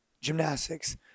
gymnastics